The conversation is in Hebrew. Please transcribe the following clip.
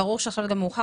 ברור שעכשיו זה מאוחר,